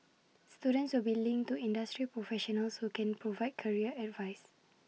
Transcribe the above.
students will be linked to industry professionals who can provide career advice